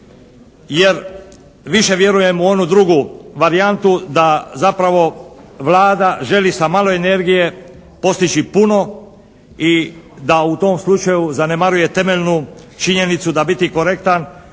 jer više vjerujem u onu drugu varijantu da zapravo Vlada želi sa malo energije postići puno i da u tom slučaju zanemaruje temeljnu činjenicu da biti korektan